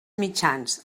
mitjans